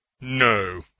No